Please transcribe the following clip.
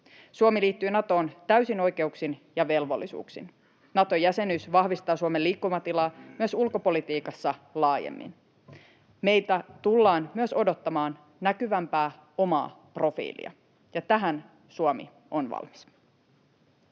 Suomi liittyy Natoon täysin oikeuksin ja velvollisuuksin. Nato-jäsenyys vahvistaa Suomen liikkumatilaa myös ulkopolitiikassa laajemmin. Meiltä tullaan myös odottamaan näkyvämpää omaa profiilia, ja tähän Suomi on valmis.